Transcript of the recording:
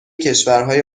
کشورهای